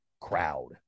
crowd